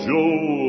Joe